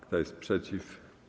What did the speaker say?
Kto jest przeciw?